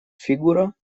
фигура